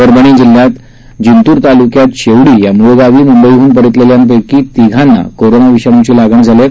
परभणी जिल्ह्याच्या जिंतूर तालुक्यात शेवडी या मूळगावी मुंबईहून परतलेल्यांपक्ती तिघांना कोरोना विषाणूची लागण झाली आहे